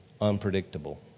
unpredictable